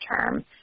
term